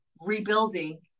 rebuilding